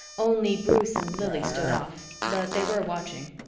only bruce and lili stood off. but they were watching.